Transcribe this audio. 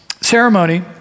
ceremony